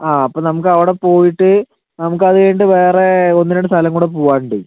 ആ അപ്പം നമുക്ക് അവിടെ പോയിട്ട് നമുക്ക് അത് കഴിഞ്ഞിട്ട് വേറെ ഒന്ന് രണ്ട് സ്ഥലം കൂടി പോകുവാൻ ഉണ്ട്